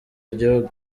igihugu